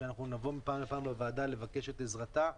ומידי פעם נבוא לוועדה לבקש את עזרתה.